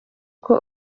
uko